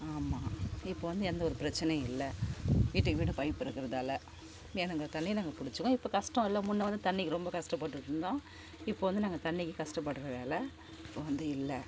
ஆமாம் இப்போ வந்து எந்த ஒரு பிரச்சினயும் இல்லை வீட்டுக்கு வீடு பைப்பு இருக்கிறதால வேணுங்கிற தண்ணியை நாங்கள் பிடிச்சிக்குவோம் இப்போ கஷ்டம் இல்லை முன்னே வந்து தண்ணிக்கு ரொம்ப கஷ்டப்பட்டுகிட்ருந்தோம் இப்போ வந்து நாங்கள் தண்ணிக்கு கஷ்டப்படுகிற வேலை இப்போ வந்து இல்லை